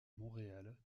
montréal